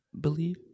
believe